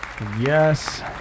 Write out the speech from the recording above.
Yes